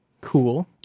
Cool